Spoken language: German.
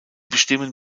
bestimmen